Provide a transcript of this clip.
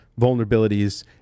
vulnerabilities